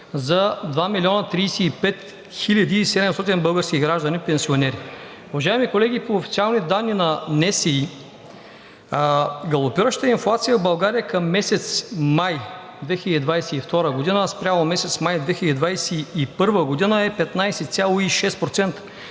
за 2 милиона 35 хиляди 700 български граждани – пенсионери. Уважаеми колеги, по официални данни на НСИ галопиращата инфлация в България към месец май 2022-а спрямо май 2021 г. е 15,6%,